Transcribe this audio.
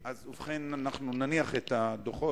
אני מציע שאנחנו נמלא את חובתנו,